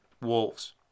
wolves